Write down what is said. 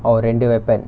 oh ரெண்டு:rendu weapon